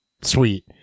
sweet